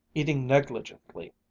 eating negligently,